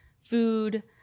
food